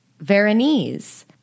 Veronese